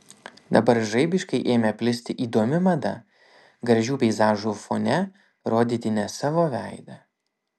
dabar žaibiškai ėmė plisti įdomi mada gražių peizažų fone rodyti ne savo veidą